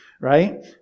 Right